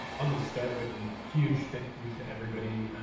i'll just start with a huge thank you to everybody.